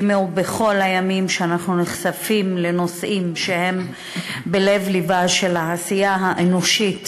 כמו בכל הימים שאנחנו נחשפים לנושאים שהם בלב-לבה של העשייה האנושית,